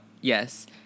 Yes